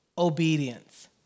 Obedience